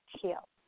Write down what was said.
heal